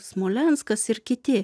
smolenskas ir kiti